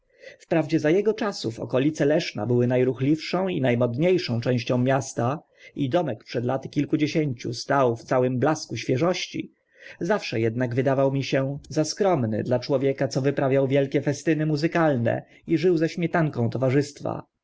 wprawdzie za ego czasów okolice leszna były na ruchliwszą i na modnie szą częścią miasta i domek przed laty kilkudziesięciu stał w całym blasku świeżości zawsze ednak wydawał mi się za skromny dla człowieka co wyprawiał wielkie festyny muzykalne i żył ze śmietanką towarzystwa